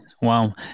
Wow